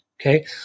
okay